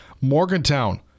Morgantown